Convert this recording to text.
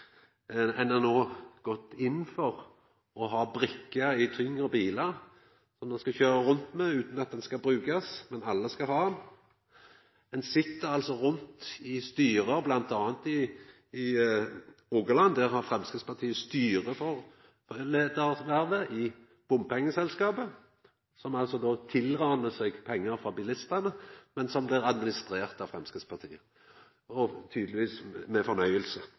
har no gått inn for å ha brikke i tyngre bilar, som ein skal køyra rundt med utan at den skal brukast, men som alle skal ha. Ein sit altså i ulike styre, bl.a. i Rogaland der Framstegspartiet har styreleiarvervet i bompengeselskapet, som altså «raner til seg» pengar frå bilistane, men som blir administrerte av Framstegspartiet – tydelegvis med fornøyelse,